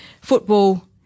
football